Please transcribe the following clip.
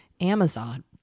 Amazon